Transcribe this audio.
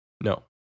No